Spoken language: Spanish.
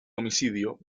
homicidio